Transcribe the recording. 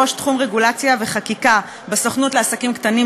ראש תחום רגולציה וחקיקה בסוכנות לעסקים קטנים,